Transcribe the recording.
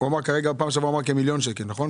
בפעם שעברה הוא אמר כמיליון שקלים, נכון?